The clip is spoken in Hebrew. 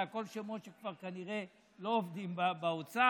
וזה הכול שמות שכבר כנראה לא עובדים באוצר,